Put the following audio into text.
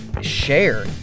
share